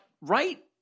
right